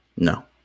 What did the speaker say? No